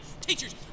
Teachers